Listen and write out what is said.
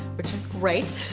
which is great.